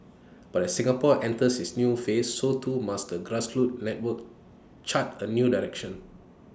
but as Singapore enters its new phase so too must the grassroots network chart A new direction